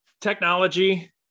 technology